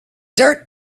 dirt